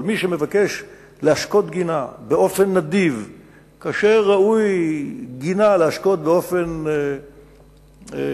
אבל מי שמבקש להשקות גינה באופן נדיב כאשר ראוי להשקות גינה באופן שקול,